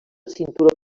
cinturó